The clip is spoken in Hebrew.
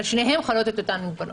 על שניהם חלות אותן המגבלות.